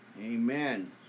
amen